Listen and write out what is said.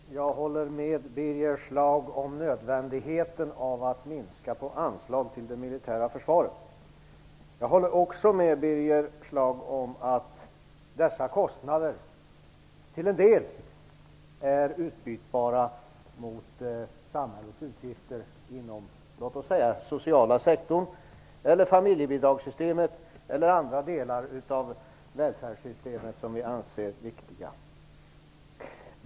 Herr talman! Jag håller med Birger Schlaug om att det är nödvändigt att minska anslagen till det militära försvaret. Jag håller också med Birger Schlaug om att dessa kostnader till en del är utbytbara mot samhällets utgifter inom låt oss säga den sociala sektorn, familjebidragssystemet eller andra delar av välfärdssystemet som vi anser vara viktiga.